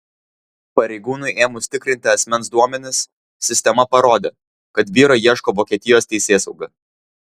pareigūnui ėmus tikrinti asmens duomenis sistema parodė kad vyro ieško vokietijos teisėsauga